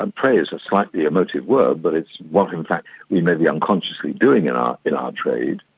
and prey is a sightly emotive word, but it's what in fact we may be unconsciously doing in our in our trade.